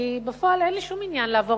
כי בפועל אין לי שום עניין לעבור